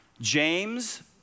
James